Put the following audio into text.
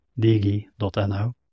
digi.no